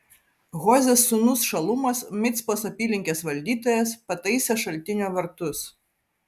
hozės sūnus šalumas micpos apylinkės valdytojas pataisė šaltinio vartus